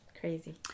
crazy